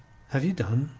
have ye done?